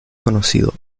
conocido